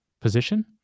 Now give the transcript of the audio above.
position